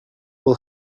will